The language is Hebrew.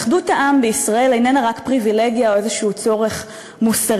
אחדות העם בישראל איננה רק פריבילגיה או איזה צורך מוסרי,